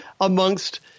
amongst